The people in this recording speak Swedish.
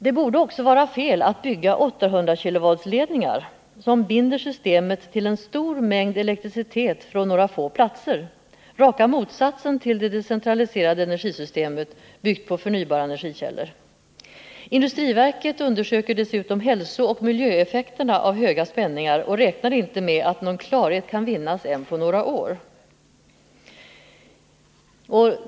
Det borde också vara fel att bygga 800-kilovoltsledningar, som binder systemet till en stor mängd elektricitet från några få platser, alltså raka motsatsen till det decentraliserade energisystemet byggt på förnybara energikällor. Dessutom undersöker industriverket hälsooch miljöeffekterna av höga spänningar och räknar inte med att någon klarhet kan vinnas ännu på några år.